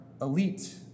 elite